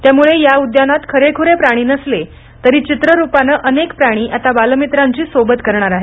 त्यामुळे या उद्यानांत खरेखुरे प्राणी नसले तरी चित्र रूपानं अनेक प्राणी आता बालमित्रांची सोबत करणार आहेत